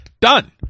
done